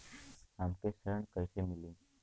हमके ऋण कईसे मिली?